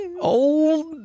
old